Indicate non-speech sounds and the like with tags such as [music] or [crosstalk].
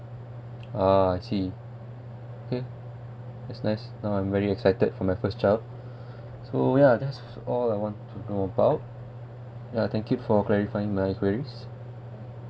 ah I see okay that's nice now I'm very excited for my first child [breath] so ya that's all I want to know about ya thank you for clarifying my queries